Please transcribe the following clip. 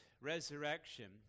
resurrection